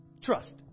Trust